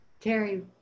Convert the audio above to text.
Terry